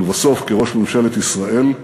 ולבסוף כראש ממשלת ישראל,